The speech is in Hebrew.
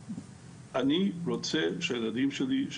אני רוצה שלילדים שלי,